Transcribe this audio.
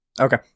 okay